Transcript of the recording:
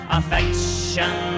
affection